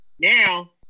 Now